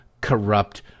corrupt